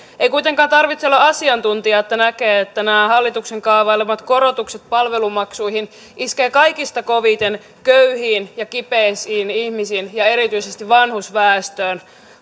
ei kuitenkaan tarvitse olla asiantuntija että näkee että nämä hallituksen kaavailemat korotukset palvelumaksuihin iskevät kaikista koviten köyhiin ja kipeisiin ihmisiin ja erityisesti vanhusväestöön